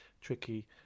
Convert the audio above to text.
tricky